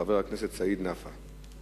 חבר הכנסת סעיד נפאע.